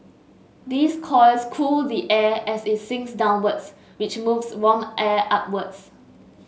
these coils cool the air as it sinks downwards which moves warm air upwards